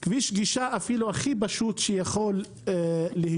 אין כביש גישה, אפילו הכי פשוט שיכול להיות.